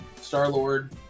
Star-Lord